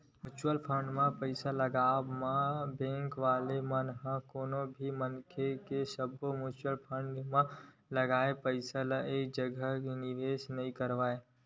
mutual fund म पइसा के लगावब म बेंक वाले मन ह कोनो भी मनखे के सब्बो म्युचुअल फंड म लगाए पइसा ल एक जघा म निवेस नइ करय